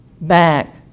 back